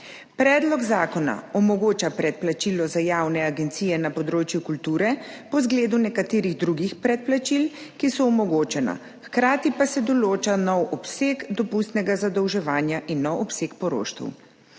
Predlog zakona omogoča predplačilo za javne agencije na področju kulture po zgledu nekaterih drugih predplačil, ki so omogočena, hkrati pa se določa nov obseg dopustnega zadolževanja in nov obseg poroštev.